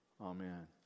Amen